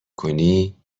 کنی